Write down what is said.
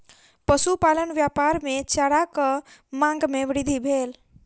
पशुपालन व्यापार मे चाराक मांग मे वृद्धि भेल